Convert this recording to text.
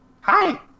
Hi